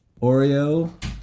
Oreo